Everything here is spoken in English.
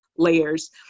layers